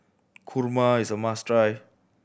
kurma is a must try